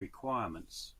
requirements